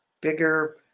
bigger